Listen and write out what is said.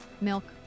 milk